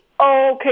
Okay